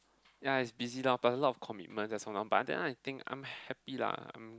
ya it's busy lah but a lot of commitment that's all lor but then I think I'm happy lah I'm